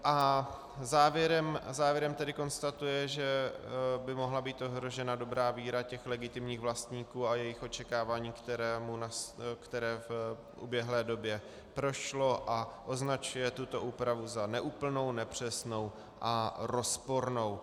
A závěrem tedy konstatuje, že by mohla být ohrožena dobrá víra těch legitimních vlastníků a jejich očekávání, které v uběhlé době prošlo a označuje tuto úpravu za neúplnou, nepřesnou a rozpornou.